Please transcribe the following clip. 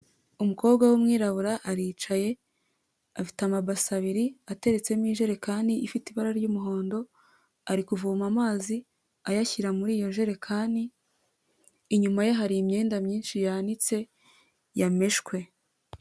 Umukobwa w'umwirabura aricaye afite amabasa abiri ateretsemo ijerekani ifite ibara ry'umuhondo, arikuvoma amazi ayashyira muri iyo jerekani. Inyuma ye hari imyenda myinshi yanitse yameshwe.